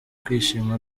kwishima